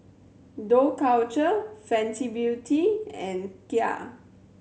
Dough Culture Fenty Beauty and Kia